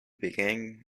began